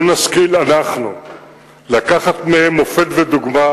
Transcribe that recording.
לו נשכיל אנחנו לקחת מהם מופת ודוגמה